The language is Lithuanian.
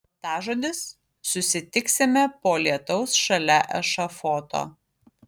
slaptažodis susitiksime po lietaus šalia ešafoto